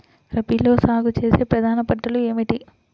రబీలో సాగు చేసే ప్రధాన పంటలు ఏమిటి?